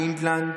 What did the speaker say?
פינלנד,